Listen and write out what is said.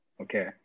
okay